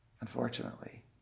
unfortunately